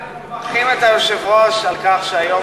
אנחנו מברכים את היושב-ראש על כך שהיום